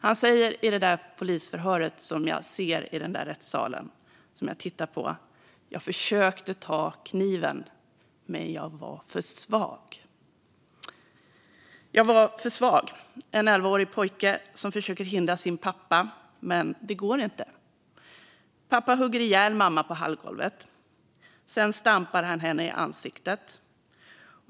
Han säger i det polisförhör som jag tittar på i den där rättssalen: "Jag försökte ta kniven, men jag var för svag." Det är sagt av en elvaårig pojke. Han försöker hindra sin pappa, men det går inte. Pappa hugger ihjäl mamma på hallgolvet, och sedan stampar han henne i ansiktet.